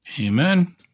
Amen